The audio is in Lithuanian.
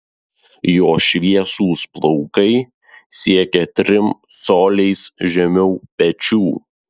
jo šviesūs plaukai siekia trim coliais žemiau pečių